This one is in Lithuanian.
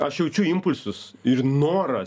aš jaučiu impulsus ir norą